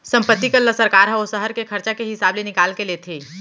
संपत्ति कर ल सरकार ह ओ सहर के खरचा के हिसाब ले निकाल के लेथे